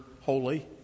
holy